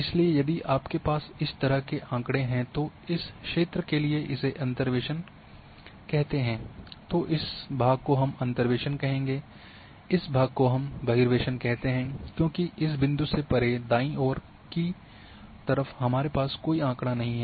इसलिए यदि आपके पास इस तरह के आँकड़े हैं तो इस क्षेत्र के लिए इसे अंतर्वेसन करते हैं तो इस भाग को हम अंतर्वेसन कहेंगे इस भाग को हम बहिर्वेशन कहते हैं क्योंकि इस बिंदु से परे दाईं ओर की हमारे पास कोई आँकड़ा नहीं है